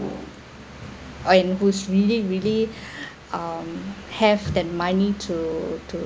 or who's really really um have that money to to